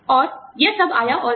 और यह सब आया था